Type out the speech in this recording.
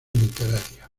literaria